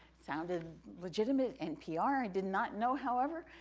sounded legitimate, npr, i did not know, however,